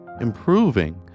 improving